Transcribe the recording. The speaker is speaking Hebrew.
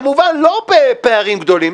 כמובן לא בפערים גדולים,